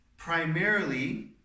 primarily